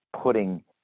putting